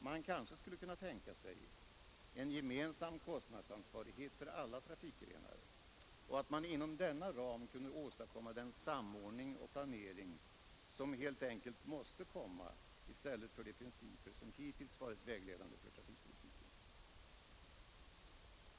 Man kanske skulle kunna tänka sig en gemensam kostnadsansvarighet för alla trafikgrenar och att man inom denna ram kunde åstadkomma den samordning och planering som helt enkelt måste komma i stället för de principer som hittills varit vägledande för trafikpolitiken.